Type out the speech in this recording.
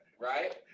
right